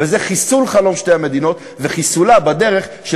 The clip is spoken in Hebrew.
וזה חיסול חלום שתי המדינות וחיסולה בדרך של